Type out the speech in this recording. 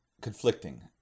conflicting